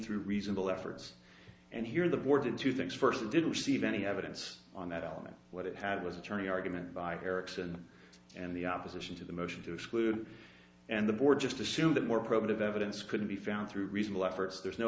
through reasonable efforts and here the board did two things first it didn't receive any evidence on that element what it had was attorney argument by erickson and the opposition to the motion to exclude and the board just assumed that more probative evidence could be found through reasonable efforts there's no